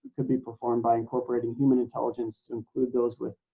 could be performed by incorporating human intelligence, include those with